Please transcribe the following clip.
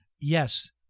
Yes